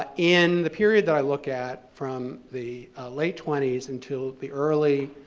ah in the period that i look at, from the late twenty s until the early